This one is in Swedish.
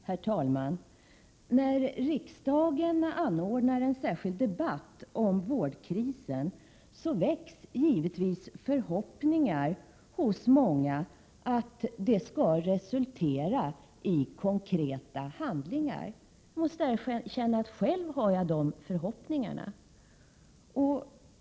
Herr talman! När riksdagen anordnar en särskild debatt om vårdkrisen, väcks givetvis förhoppningar hos många att den skall resultera i konkreta handlingar. Jag måste erkänna att jag själv har de förhoppningarna.